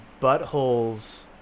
buttholes